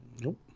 nope